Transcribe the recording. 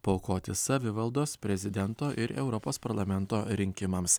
paaukoti savivaldos prezidento ir europos parlamento rinkimams